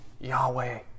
Yahweh